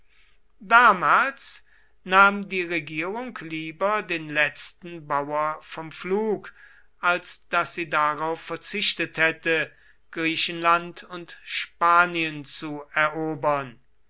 damals nahm die regierung lieber den letzten bauer vom pflug als daß sie darauf verzichtet hätte griechenland und spanien zu erobern